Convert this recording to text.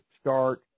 start